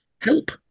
Help